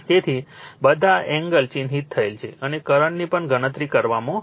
તેથી બધા એંગલ ચિહ્નિત થયેલ છે અને કરંટની પણ ગણતરી કરવામાં આવે છે